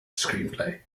screenplay